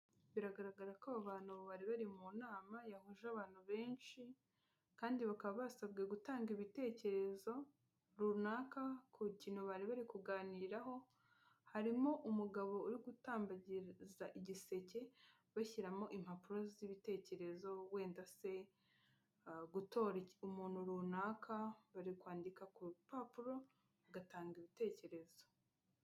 Biragaragara ko abantu bari bari mu nama yahuje abantu benshi kandi bakaba basabwe gutanga ibitekerezo runaka ku kintu bari bari kuganiraho, harimo umugabo uri gutambagiza igiseke bashyiramo impapuro z'ibitekerezo, wenda se gutora umuntu runaka bari kwandika ku dupapuro bagatanga ibitekerezo.